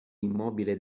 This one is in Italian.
immobile